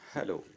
Hello